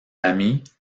amis